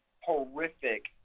horrific